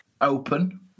open